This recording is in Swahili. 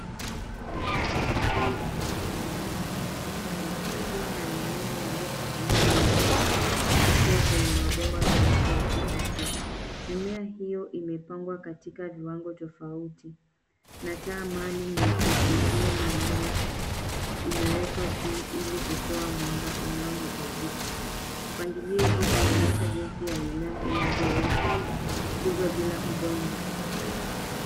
Huu ni mfumo wa kilimo cha hydroponic ukiwa na mimea ya lettuce inayoendelea kukua kwenye mabomba meupe ya PVC . Mimea hiyo imepangwa katika viwango tofauti na taa maalum ya kukuzia mimea imewekwa juu ili kutoa mwanga unaohitajika. Mpangilio huu unaonyesha jinsi ya mimea inavyoweza kukuzwa bila udongo.